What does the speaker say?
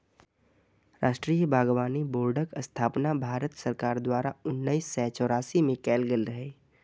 राष्ट्रीय बागबानी बोर्डक स्थापना भारत सरकार द्वारा उन्नैस सय चौरासी मे कैल गेल रहै